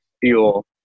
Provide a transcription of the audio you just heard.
fuel